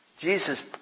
Jesus